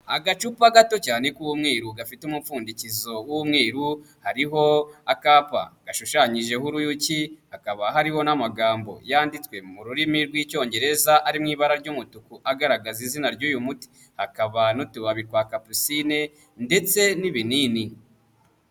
Agacupa gato cyane k'umwiru gafite umupfundikizo w'umweru, hariho akapa gashushanyijeho uruyuki, hakaba hariho n'amagambo yanditswe mu rurimi rw'Icyongereza ari mu ibara ry'umutuku agaragaza izina ry'uyu muti, hakaba n'utubabi twa kapusine ndetse n'ibinini.